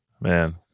man